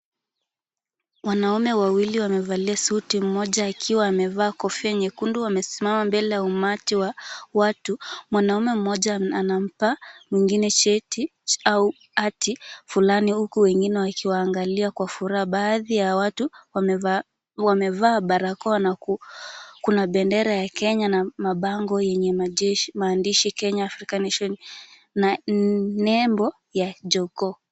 Wanaume wawili wamevalia suti mmoja akiwa amevaa kofia nyekundu wamesimama mbele ya umati wa watu, mwanaume mmoja anampa mwingine cheti au hati fulani huku wengine wakiwaangalia kwa furaha baadhi ya watu wamevaa barakoa na kuna bendera ya Kenya na mabango yenye maandishi Kenya African Nation na nembo ya jogoo.